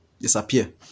disappear